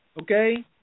Okay